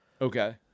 Okay